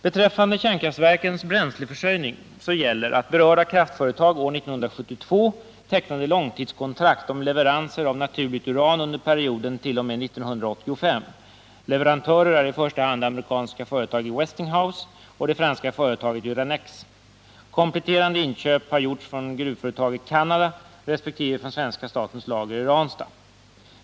Beträffande kärnkraftverkens bränsleförsörjning gäller att berörda kraftföretag år 1972 tecknade långtidskontrakt om leveranser av naturligt uran under perioden t.o.m. 1985. Leverantörer är i första hand det amerikanska företaget Westinghouse och det franska företaget Uranex. Kompletterande inköp har gjorts från ett gruvföretag i Canada resp. från svenska statens lager i Ranstad.